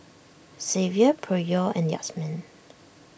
Zavier Pryor and Yazmin